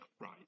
right